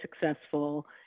successful